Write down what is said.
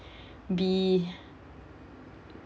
be